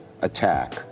attack